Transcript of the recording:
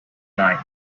night